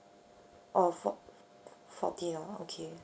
oh for~ forty dollar okay